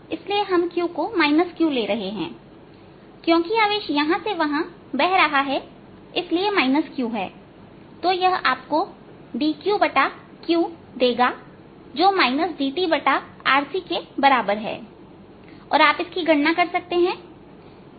इसलिए हम Q को Q ले रहे हैं क्योंकि आवेश यहां से वहां बह रहा है इसलिए Q है तो यह आपको dQQ देगा जो dtRC के बराबर है और आप इसकी गणना कर सकते हैं